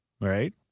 right